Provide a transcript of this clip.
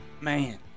man